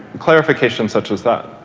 clarifications such as that?